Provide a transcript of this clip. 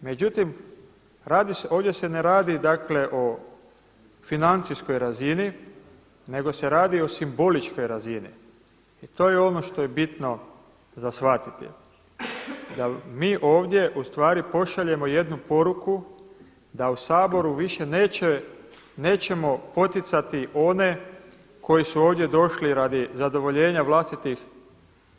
Međutim, ovdje se ne radi o financijskoj razini nego se radi o simboličkoj razini i to je ono što je bitno za shvatiti, da mi ovdje ustvari pošaljemo jednu poruku da u Saboru više nećemo poticati one koji su ovdje došli radi zadovoljenja vlastitih